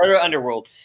Underworld